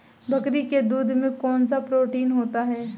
बकरी के दूध में कौनसा प्रोटीन होता है?